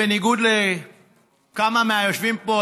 בניגוד לכמה מהיושבים פה,